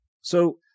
So-